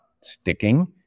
sticking